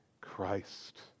Christ